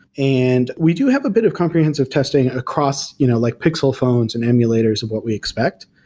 and we do have a bit of comprehensive testing across you know like pixel phones and emulators of what we expect,